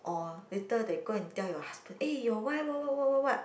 or later they go and tell your husband eh your wife what what what what what